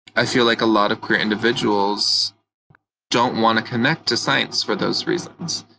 i feel like, a lot of queer individuals don't want to connect to science for those reasons.